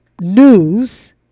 news